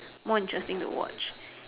more interesting to watch